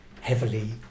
heavily